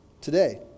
today